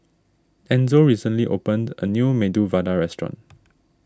Enzo recently opened a new Medu Vada restaurant